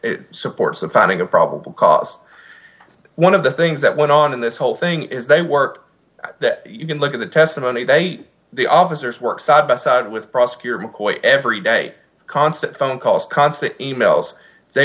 supports the finding of probable cause one of the things that went on in this whole thing is they work you can look at the testimony date the officers work side by side with prosecutor mccoy every day constant phone calls constant e mails they